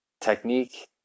technique